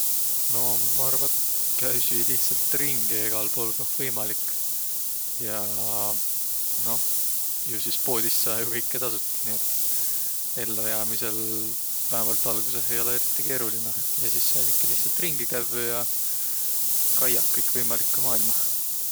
No maq arva, et käüsiq lihtsält ringi egal puul koh võimalik. Ja noh jo sis poodist saa kõkkõ tasuldaq nii et ello jäämisel vähämbält algusõh ei olõq eriti keerolinõ. Ja sis saasikiq lihtsält ringi kävvüq ja kaiaq kõikvõimalikku maailmah.